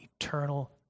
eternal